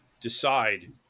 decide